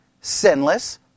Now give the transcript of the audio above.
sinless